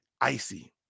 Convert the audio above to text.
Icy